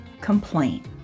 complain